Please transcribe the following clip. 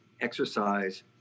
exercise